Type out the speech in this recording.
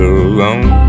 alone